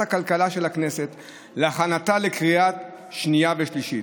הכלכלה של הכנסת להכנתה לקריאה שנייה ושלישית.